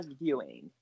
viewing